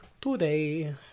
today